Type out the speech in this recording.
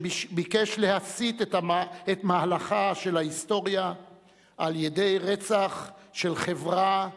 שביקש להסיט את מהלכה של ההיסטוריה על-ידי רצח של חברה,